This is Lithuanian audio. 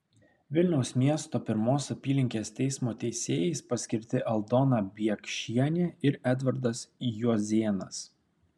vilniaus miesto pirmos apylinkės teismo teisėjais paskirti aldona biekšienė ir edvardas juozėnas